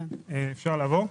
אני ממשיך.